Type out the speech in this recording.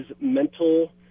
mental